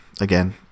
again